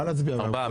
ארבעה.